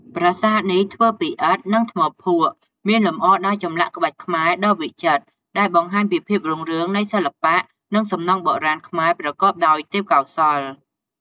ប្រាសាទនេះធ្វើពីឥដ្ឋ និងថ្មភក់ មានលម្អដោយចម្លាក់ក្បាច់ខ្មែរដ៏វិចិត្រ ដែលបង្ហាញពីភាពរុងរឿងនៃសិល្បៈ និងសំណង់បុរាណខ្មែរប្រកបដោយទេពកោសល្យ។